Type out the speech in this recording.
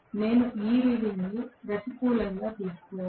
నేను ఈ రీడింగ్ ని ప్రతికూలం గా తీసుకోవాలి